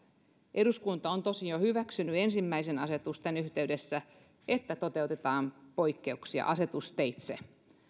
eduskunta on tosin jo hyväksynyt ensimmäisten asetusten yhteydessä että toteutetaan poikkeuksia asetusteitse